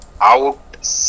out